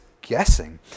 guessing